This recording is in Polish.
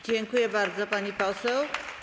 Dziękuję bardzo, pani poseł.